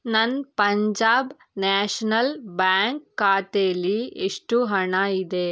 ನನ್ನ Punjab national bank ಖಾತೆಲಿ ಎಷ್ಟು ಹಣ ಇದೆ